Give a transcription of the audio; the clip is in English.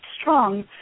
strong